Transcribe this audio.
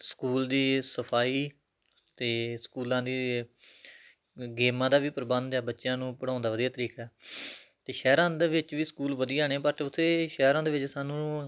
school ਦੀ ਸਫਾਈ ਅਤੇ ਸਕੂਲਾਂ ਦੀ ਗੇਮਾਂ ਦਾ ਵੀ ਪ੍ਰਬੰਧ ਆ ਬੱਚਿਆਂ ਨੂੰ ਪੜ੍ਹਾਉਣ ਦਾ ਵਧੀਆ ਤਰੀਕਾ ਅਤੇ ਸ਼ਹਿਰਾਂ ਦੇ ਵਿੱਚ ਵੀ ਸਕੂਲ ਵਧੀਆ ਨੇ ਬਟ ਉੱਥੇ ਸ਼ਹਿਰਾਂ ਦੇ ਵਿੱਚ ਸਾਨੂੰ